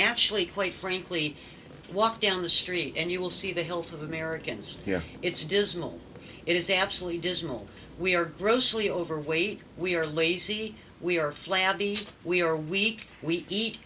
actually quite frankly walk down the street and you will see the health of americans yeah it's dismal it is absolutely dismal we are grossly overweight we are lazy we are flabby we are weak we eat